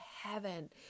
heaven